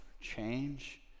change